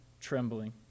trembling